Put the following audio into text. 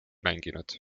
mänginud